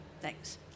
Thanks